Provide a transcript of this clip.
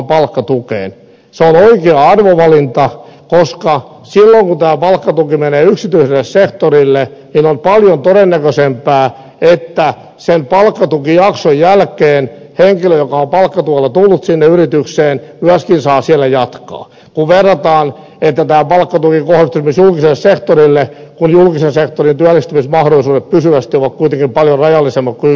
se on oikea arvovalinta koska silloin kun tämä palkkatuki menee yksityiselle sektorille niin on paljon todennäköisempää että sen palkkatukijakson jälkeen henkilö joka on palkkatuella tullut sinne yritykseen myöskin saa siellä jatkaa kun verrataan että tämä palkkatuki kohdistuisi esimerkiksi julkiselle sektorille kun julkisen sektorin työllistämismahdollisuudet pysyvästi ovat kuitenkin paljon rajallisemmat kuin yksityisen sektorin